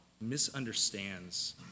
misunderstands